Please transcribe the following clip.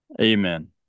amen